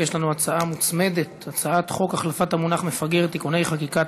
יש לנו הצעה מוצמדת: הצעת חוק החלפת המונח מפגר (תיקוני חקיקה),